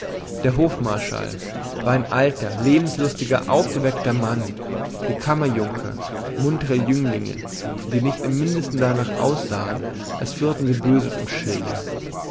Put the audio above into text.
der hofmarschall war ein alter lebenslustiger aufgeweckter mann die kammerjunker muntre jünglinge die nicht im mindesten darnach aussahen als führten sie böses im schilde